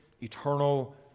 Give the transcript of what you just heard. eternal